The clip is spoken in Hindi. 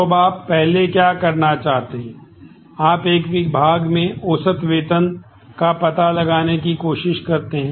तो अब आप पहले क्या करना चाहते हैं आप एक विभाग में औसत वेतन का पता लगाने की कोशिश करते हैं